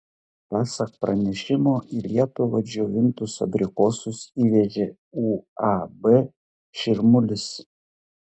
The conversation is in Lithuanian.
pasak pranešimo į lietuvą džiovintus abrikosus įvežė uab širmulis